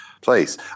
place